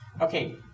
Okay